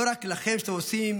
לא רק לכם, שאתם עושים